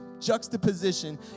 juxtaposition